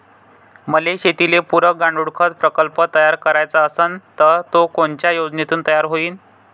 मले शेतीले पुरक गांडूळखत प्रकल्प तयार करायचा असन तर तो कोनच्या योजनेतून तयार होईन?